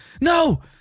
no